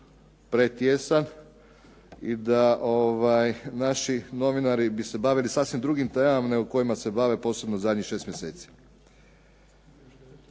pretijesan i da naši novinari bi se bavili sasvim drugim temama nego kojima se bave u posebno u posljednjih 6 mjeseci.